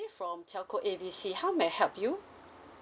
from telco A B C how may I help you